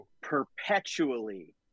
perpetually